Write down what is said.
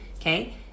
okay